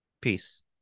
peace